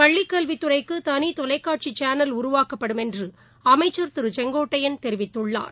பள்ளிக்கல்வித்துறைக்குதனிதொலைக்காட்சிசேனல் உருவாக்கப்படும் என்றுஅமைச்சர் திருசெங்கோட்டையன் தெரிவித்துள்ளார்